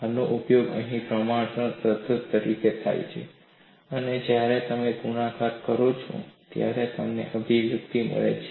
આનો ઉપયોગ અહીં પ્રમાણસર સતત તરીકે થાય છે અને જ્યારે તમે આને ગુણાકાર કરો છો ત્યારે તમને અભિવ્યક્તિ મળે છે